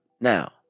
Now